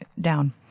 down